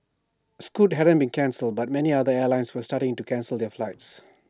scoot hadn't been cancelled but many other airlines were starting to cancel their flights